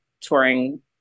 touring